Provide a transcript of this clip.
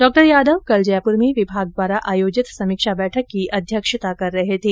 डॉ यादव कल जयपुर में विभाग द्वारा आयोजित समीक्षा बैठक की अध्यक्षता कर रहे थे